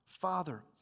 Father